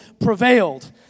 prevailed